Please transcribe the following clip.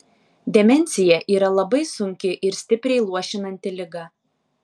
demencija yra labai sunki ir stipriai luošinanti liga